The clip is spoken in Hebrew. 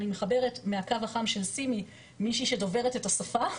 אני מחברת מהקו שחם של סימי מישהי שדוברת את השפה,